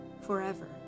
forever